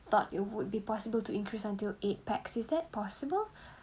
thought it would be possible to increase until eight pax is that possible